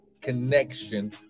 connection